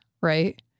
right